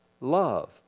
love